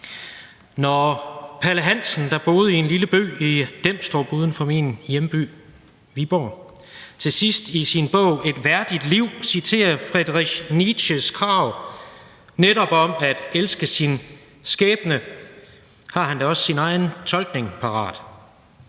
Når Palle Hansen, der boede i den lille by Demstrup uden for min hjemby, Viborg, til sidst i sin bog »Et værdigt liv« citerer Friedrich Nietzsches krav om netop at elske sin skæbne, så har han da også sin egen tolkning parat: